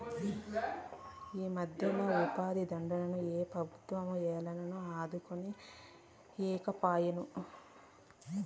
ఈమధ్యన ఉపాధిదుడ్డుని పెబుత్వం ఏలనో అదనుకి ఈకపాయే